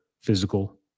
physical